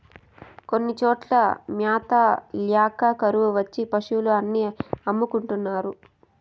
కొన్ని చోట్ల మ్యాత ల్యాక కరువు వచ్చి పశులు అన్ని అమ్ముకుంటున్నారు